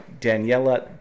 Daniela